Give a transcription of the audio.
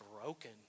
broken